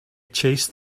chased